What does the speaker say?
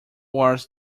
was